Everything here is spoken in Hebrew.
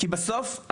כי בסוף,